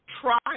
try